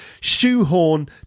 shoehorn